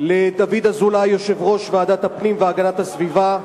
לדוד אזולאי, יושב-ראש ועדת הפנים והגנת הסביבה,